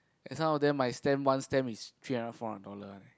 and some of them my stamp one stamp is three hundred four hundred dollar